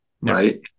right